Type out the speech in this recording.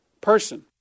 person